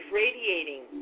radiating